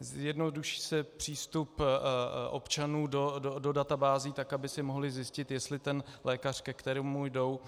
Zjednoduší se přístup občanů do databází tak, aby si mohli zjistit, jestli lékař, ke kterému jdou,